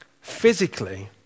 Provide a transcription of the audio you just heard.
physically